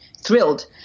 thrilled